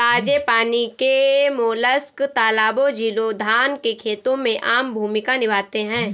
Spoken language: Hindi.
ताजे पानी के मोलस्क तालाबों, झीलों, धान के खेतों में आम भूमिका निभाते हैं